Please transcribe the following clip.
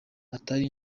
atari